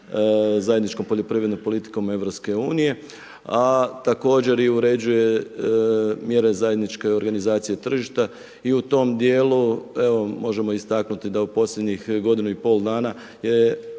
zajedničkom poljoprivrednom politikom EU-a a također i uređuje mjere zajedničke organizacije tržišta i u tom djelu, možemo istaknuti da u posljednjih godinu i pol dana je